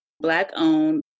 Black-owned